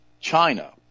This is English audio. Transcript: China